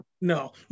no